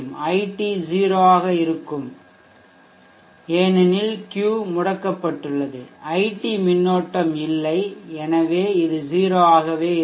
iT 0 ஆக இருக்கும் ஏனெனில் Q முடக்கப்பட்டுள்ளது iT மின்னோட்டம் இல்லை எனவே இது 0 ஆகவே இருக்கும்